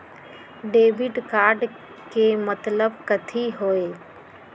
Debit card के मतलब कथी होई?